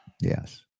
Yes